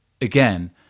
again